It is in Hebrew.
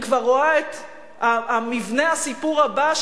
אני רואה את מבנה הסיפור הבא,